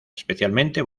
especialmente